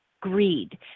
greed